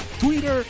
Twitter